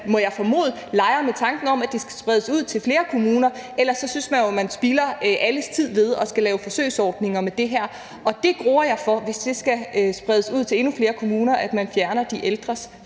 må jeg formode, leger med tanken om, at det skal spredes ud til flere kommuner; ellers spilder man jo alles tid med at lave forsøgsordninger med det her. Og det gruer jeg for, altså hvis det skal spredes ud til endnu flere kommuner, at man fjerner de ældres frie